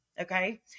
okay